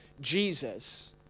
Jesus